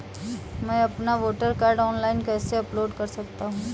मैं अपना voter card online कैसे अपलोड कर सकता हूँ?